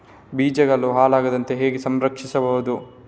ಬೀಜಗಳು ಹಾಳಾಗದಂತೆ ಹೇಗೆ ಸಂರಕ್ಷಿಸಬಹುದು?